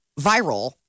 viral